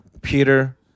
Peter